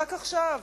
רק עכשיו,